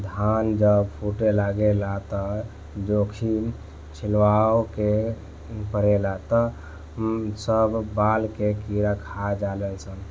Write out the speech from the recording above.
धान जब फूटे लागेला त ओइमे छिड़काव करे के पड़ेला ना त सब बाल के कीड़ा खा जाले सन